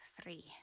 Three